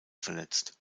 verletzt